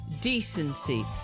decency